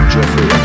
Jeffrey